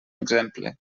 exemple